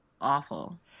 awful